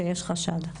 שיש חשד.